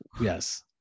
Yes